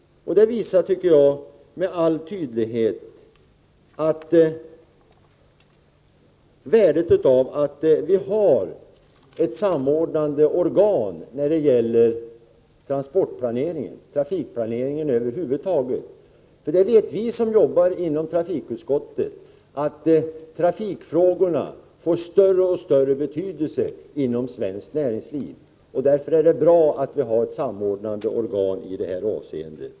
Det visar med all tydlighet värdet av att vi har ett samordnande organ när det gäller transportplanering och trafikplanering över huvud taget. Vi som jobbar inom trafikutskottet vet att trafikfrågorna får större och större betydelse inom svenskt näringsliv. Därför är det bra att vi har ett samordnande organ.